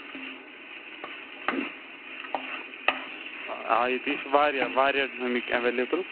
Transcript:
آ ییٚتہِ چھِ واریاہ واریاہ ہُمِکۍ ایویلیبٕل